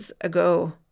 ago